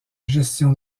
gestion